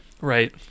Right